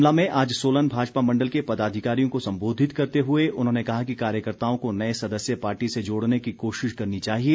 शिमला में आज सोलन भाजपा मंडल के पदाधिकारियों को संबोधित करते हुए उन्होंने कहा कि कार्यकर्ताओं को नए सदस्य पार्टी से जोड़ने की कोशिश करनी चाहिए